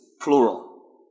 plural